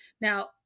Now